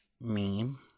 meme